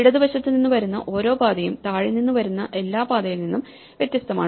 ഇടതുവശത്ത് നിന്ന് വരുന്ന ഓരോ പാതയും താഴെ നിന്ന് വരുന്ന എല്ലാ പാതയിൽ നിന്നും വ്യത്യസ്തമാണ്